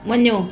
वञो